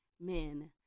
men